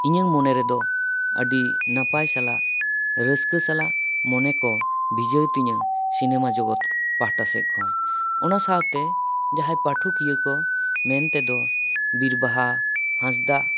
ᱤᱧᱟᱹᱝ ᱢᱚᱱᱮ ᱨᱮᱫᱚ ᱟᱹᱰᱤ ᱱᱟᱯᱟᱭ ᱥᱟᱞᱟᱜ ᱨᱟᱹᱥᱠᱟᱹ ᱥᱟᱞᱟᱜ ᱢᱚᱱᱮ ᱠᱚ ᱵᱷᱤᱡᱟᱹᱣ ᱛᱤᱧᱟᱹ ᱥᱤᱱᱮᱢᱟ ᱡᱚᱜᱚᱛ ᱯᱟᱦᱟᱴᱟ ᱥᱮᱫ ᱠᱷᱚᱱ ᱚᱱᱟ ᱥᱟᱶᱛᱮ ᱡᱟᱦᱟᱸᱭ ᱯᱟᱹᱴᱷᱚᱠᱤᱭᱟᱹ ᱠᱚ ᱢᱮᱱᱛᱮᱫᱚ ᱵᱤᱨᱵᱟᱦᱟ ᱦᱟᱸᱥᱫᱟᱜ